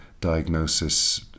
diagnosis